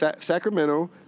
Sacramento